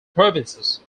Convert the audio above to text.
provinces